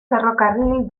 ferrocarril